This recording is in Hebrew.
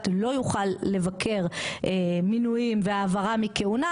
לא יוכל לבקר מינויים וההעברה מכהונה,